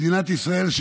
מדינת ישראל,